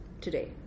today